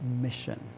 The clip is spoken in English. mission